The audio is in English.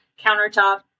countertop